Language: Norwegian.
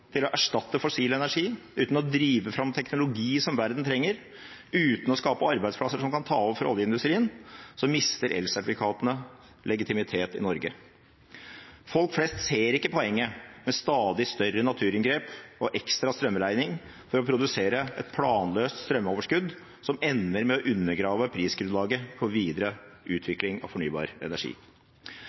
til å erstatte fossil energi, uten å drive fram teknologi som verden trenger, uten å skape arbeidsplasser som kan ta over for oljeindustrien, mister elsertifikatene legitimitet i Norge. Folk flest ser ikke poenget med stadig større naturinngrep og ekstra strømregning for å produsere et planløst strømoverskudd som ender med å undergrave prisgrunnlaget for videre utvikling av fornybar energi.